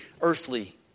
earthly